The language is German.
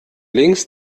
links